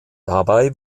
dabei